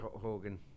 hogan